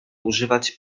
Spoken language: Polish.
używać